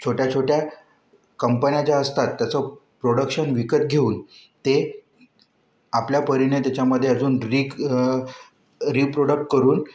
छोट्याछोट्या कंपन्या ज्या असतात त्याचं प्रॉडक्शन विकत घेऊन ते आपल्या परीने त्याच्यामधे अजून रीक् रिप्रोडक्ट करून